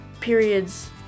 periods